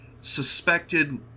suspected